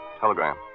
Telegram